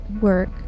work